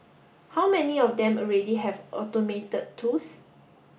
how many of them already have automated tools